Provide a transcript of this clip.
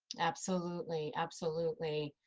absolutely. absolutely.